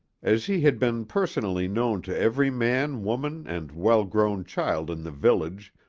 as he had been personally known to every man, woman and well-grown child in the village,